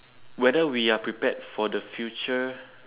whether we are prepared for the future